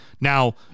Now